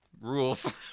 rules